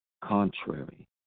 contrary